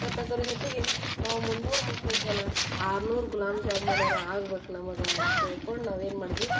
ಮತ್ತು ಅದರ ಜೊತೆಗೆ ನಾವು ಮುನ್ನೂರು ಮಕ್ಳು ಇದ್ದವಲ್ಲ ಆರು ನೂರು ಗುಲಾಬ್ ಜಾಮೂನ್ ಅರ ಆಗ್ಬೇಕು ನಮಗೆ ಅಂತ ತಿಳ್ಕೊಂಡು ನಾವು ಏನು ಮಾಡಿದ್ವಿ